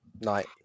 night